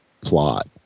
plot